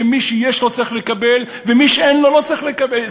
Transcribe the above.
שמי שיש לו לא צריך לקבל ומי שאין לו צריך לקבל.